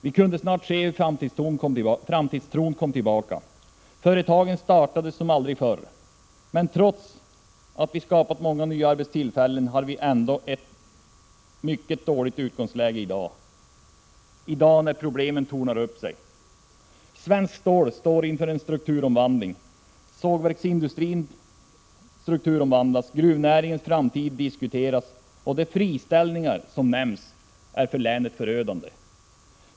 Vi kunde snart se hur framtidstron kom tillbaka. Företag startades som aldrig förr. Men trots att vi har skapat många nya arbetstillfällen har vi ett mycket dåligt utgångsläge i dag när problemen tornar upp sig. Svenskt Stål står inför en strukturomvandling. Sågverksindustrin strukturomvandlas, gruvnäringens framtid diskuteras, och de friställningar som nämns är förödande för länet.